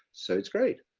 so it's great.